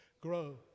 grow